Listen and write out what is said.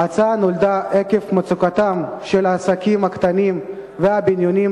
ההצעה נולדה עקב מצוקתם של העסקים הקטנים והבינוניים